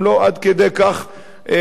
הם לא עד כדי כך גרועים.